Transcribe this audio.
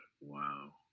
wow